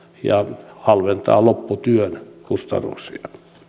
ja se halventaa lopputyön kustannuksia